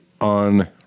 on